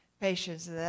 patience